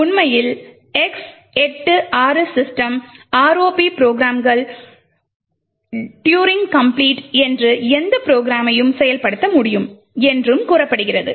உண்மையில் x 86 system ROP ப்ரோக்ராம்கள் Turing complete என்றும் எந்த ப்ரோக்ராமையும் செயல்படுத்த முடியும் என்றும் கூறப்படுகிறது